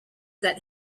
that